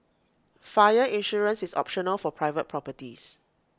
fire insurance is optional for private properties